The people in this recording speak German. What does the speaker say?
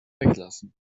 weglassen